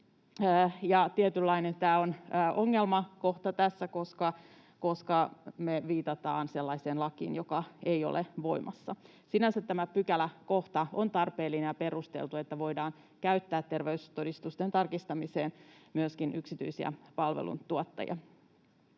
tietynlainen ongelmakohta tässä, koska me viitataan sellaiseen lakiin, jota ei ole voimassa. Sinänsä tämä pykäläkohta on tarpeellinen ja perusteltu, että voidaan käyttää terveystodistusten tarkistamiseen myöskin yksityisiä palveluntuottajia.